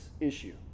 issue